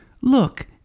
Look